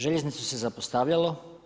Željeznicu se zapostavljalo.